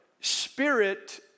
spirit